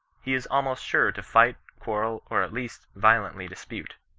he is almost sure to fight, quarrel, or at least, violently dispute.